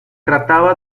trataba